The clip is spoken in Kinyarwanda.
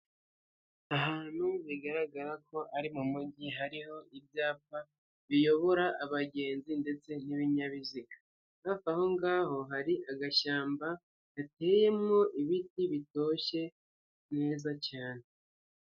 Ahantu bigaragara ko ari mu mujyi hariho ibyapa biyobora abagenzi ndetse n'ibinyabiziga, hafi aho ngaho hari agashyamba gateyemo ibiti bitoshye neza cyane.